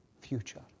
future